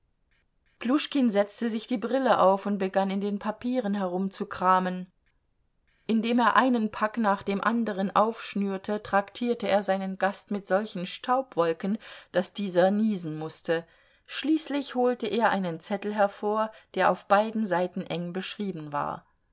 pljuschkin setzte sich die brille auf und begann in den papieren herumzukramen indem er einen pack nach dem anderen aufschnürte traktierte er seinen gast mit solchen staubwolken daß dieser niesen mußte schließlich holte er einen zettel hervor der auf beiden seiten eng beschrieben war